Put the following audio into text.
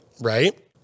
right